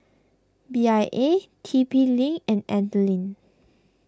Bia T P Link and Anlene